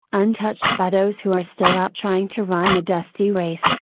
untouched by those who are still out trying to run the dusty race.